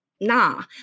nah